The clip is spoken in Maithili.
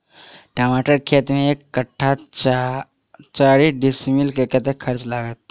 टमाटर केँ खेती मे एक कट्ठा वा चारि डीसमील मे कतेक खर्च लागत?